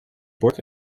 bord